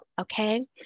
okay